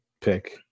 pick